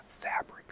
fabric